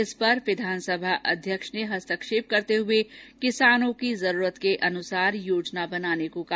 इस पर विधानसभा अध्यक्ष ने हस्तक्षेप करते हुए किसानों की जरूरत के हिसाब से योजना बनाने को कहा